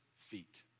feet